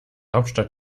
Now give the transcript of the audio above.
hauptstadt